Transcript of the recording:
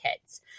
kids